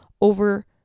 over